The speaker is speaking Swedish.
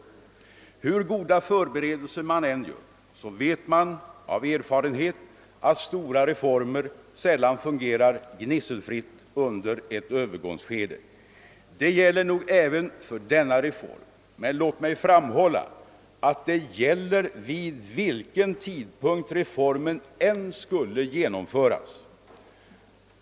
Men hur goda förberedelser man än vidtar, så vet man av erfarenhet att stora reformer sällan fungerar gnisselfritt under ett övergångsskede. Det gäller nog även för denna reform, men låt mig framhålla att det gäller vid vilken tidpunkt reformen än skulle genomföras.